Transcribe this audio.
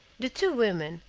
the two women,